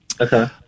Okay